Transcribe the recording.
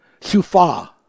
Sufa